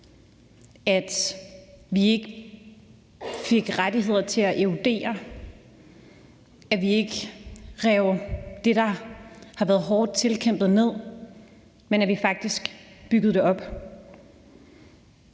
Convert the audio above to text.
at vi ikke fik rettigheder til at erodere, og at vi ikke rev det, der har været hårdt tilkæmpet, ned, men at vi faktisk byggede det op.